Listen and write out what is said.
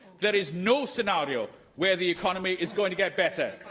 there is no scenario where the economy is going to get better.